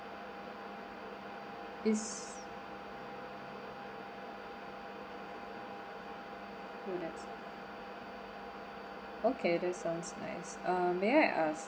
is okay that sounds nice uh may I ask